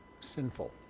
sinful